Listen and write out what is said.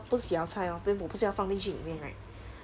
不是洗好菜 lor then 我不是要放进去里面 right